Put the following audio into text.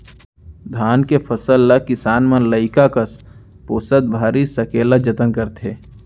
धान के फसल ल किसान मन लइका कस पोसत भारी सकेला जतन करथे